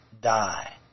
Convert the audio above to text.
die